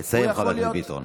לסיים, חבר הכנסת ביטון.